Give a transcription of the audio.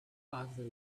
other